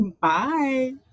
bye